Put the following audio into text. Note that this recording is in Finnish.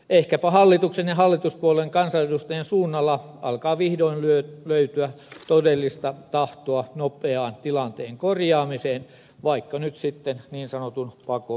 ehkäpä hallituksen ja hallituspuolueiden kansanedustajien suunnalla alkaa vihdoin löytyä todellista tahtoa nopeaan tilanteen korjaamiseen vaikka nyt sitten niin sanotun pakko